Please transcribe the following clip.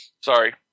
Sorry